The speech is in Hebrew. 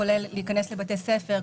כולל להיכנס לבתי ספר,